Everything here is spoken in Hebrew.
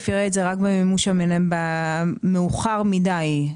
ראה את זה רק במימוש המניה במאוחר מידי,